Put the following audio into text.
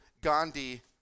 Gandhi